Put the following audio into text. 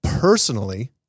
Personally